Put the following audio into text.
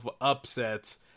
upsets